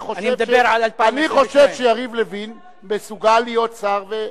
אני מדבר על 2022. אני חושב שיריב לוין מסוגל להיות שר,